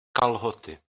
kalhoty